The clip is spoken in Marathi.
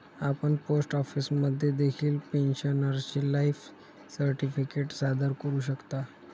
आपण पोस्ट ऑफिसमध्ये देखील पेन्शनरचे लाईफ सर्टिफिकेट सादर करू शकता